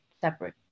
separate